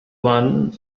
one